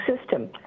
system